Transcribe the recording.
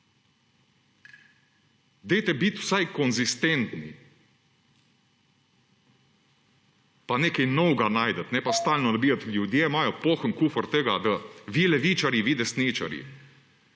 Bodite vsaj konzistentni pa nekaj novega najdite, ne pa stalno nabijati. Ljudje imajo poln kufer tega: vi levičarji, vi desničarji.